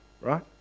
right